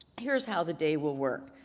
here's how the day will work.